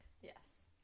Yes